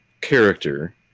character